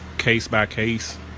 case-by-case